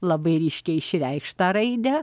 labai ryškiai išreikštą raidę